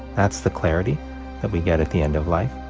that's the clarity that we get at the end of life.